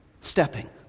stepping